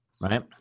right